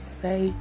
say